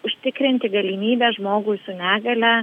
užtikrinti galimybę žmogui su negalia